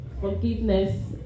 forgiveness